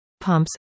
pumps